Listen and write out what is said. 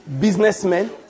Businessmen